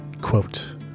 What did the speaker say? quote